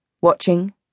watching